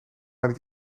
niet